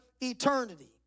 eternity